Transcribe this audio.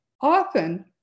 often